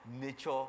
nature